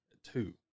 two